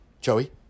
Joey